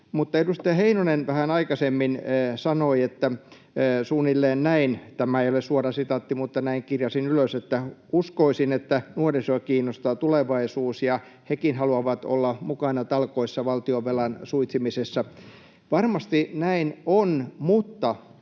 edustaja Heinonen vähän aikaisemmin sanoi suunnilleen näin, tämä ei ole suora sitaatti, mutta näin kirjasin ylös: uskoisin, että nuorisoa kiinnostaa tulevaisuus ja hekin haluavat olla mukana talkoissa valtionvelan suitsimisessa. Varmasti näin on, mutta